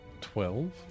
twelve